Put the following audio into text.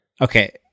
Okay